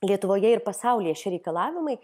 lietuvoje ir pasaulyje šie reikalavimai